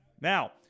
Now